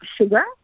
sugar